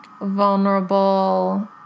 vulnerable